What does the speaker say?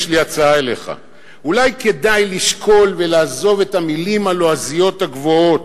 יש לי הצעה אליך: אולי כדאי לשקול לעזוב את המלים הלועזיות הגבוהות.